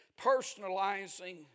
personalizing